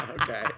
okay